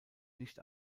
nicht